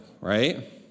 right